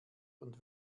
und